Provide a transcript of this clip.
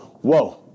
whoa